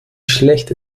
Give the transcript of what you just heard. schlecht